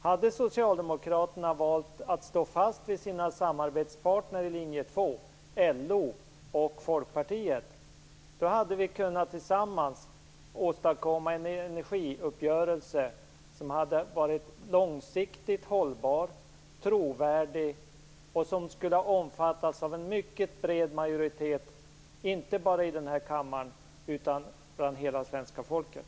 Om Socialdemokraterna hade valt att stå fast vid sina samarbetspartner i linje 2, LO och Folkpartiet, hade vi tillsammans kunnat åstadkomma en energiuppgörelse som hade varit långsiktigt hållbar och trovärdig och som hade omfattats av en mycket bred majoritet, inte bara här i kammaren utan också bland hela svenska folket.